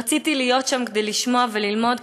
רציתי להיות שם כדי לשמוע וללמוד,